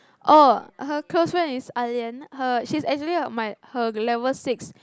oh her close friend is Ah-Lian her she is actually my her level six